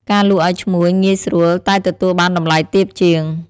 ការលក់ឲ្យឈ្មួញ ងាយស្រួល តែទទួលបានតម្លៃទាបជាង។